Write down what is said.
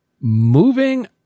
moving